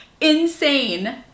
Insane